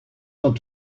sont